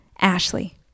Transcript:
Ashley